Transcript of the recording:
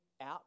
out